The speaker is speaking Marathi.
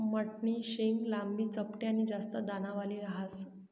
मठनी शेंग लांबी, चपटी आनी जास्त दानावाली ह्रास